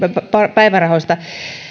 päivärahoista